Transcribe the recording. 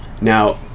Now